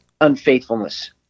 unfaithfulness